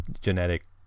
genetic